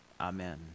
Amen